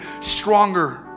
stronger